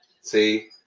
see